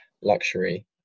luxury